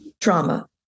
trauma